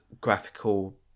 graphical